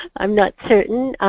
i'm not certain.